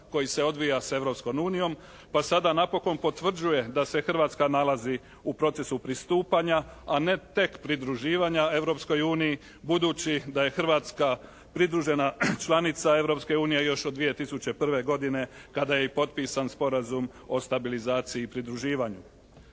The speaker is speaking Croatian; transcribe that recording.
koji se odvija s Europskom unijom, pa sada napokon potvrđuje da se Hrvatska nalazi u procesu pristupanja a ne tek pridruživanja Europskoj uniji, budući da je Hrvatska pridružena članica Europske unije još od 2001. godine, kada je i potpisan Sporazum o stabilizaciji i pridruživanju.